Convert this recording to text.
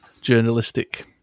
journalistic